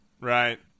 right